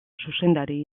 zuzendari